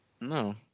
No